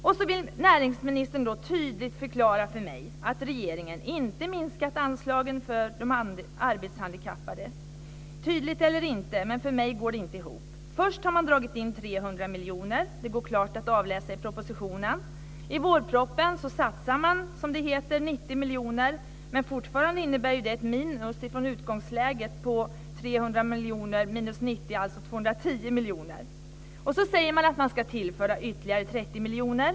Sedan vill näringsministern tydligt förklara för mig att regeringen inte har minskat anslagen för de arbetshandikappade. Tydligt eller inte, men för mig får det inte ihop. Först har man dragit in 300 miljoner - det går klart att avläsa ur propositionen. I vårpropositionen satsar man 90 miljoner, men fortfarande innebär det ett minus jämfört med utgångsläget på Sedan säger man att man ska tillföra ytterligare 30 miljoner.